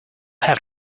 have